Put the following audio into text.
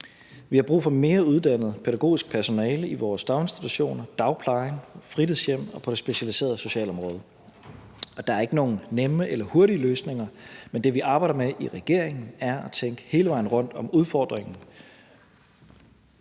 Vi har brug for mere uddannet pædagogisk personale i vores daginstitutioner, dagpleje, fritidshjem og på det specialiserede socialområde. Der er ikke nogen nemme eller hurtige løsninger, men det, vi arbejder med i regeringen, er at tænke hele vejen rundt om udfordringen.